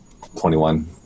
21